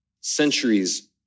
centuries